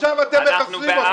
עכשיו אתם מחסלים אותם.